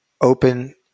open